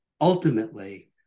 ultimately